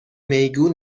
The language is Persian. میگو